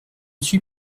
suis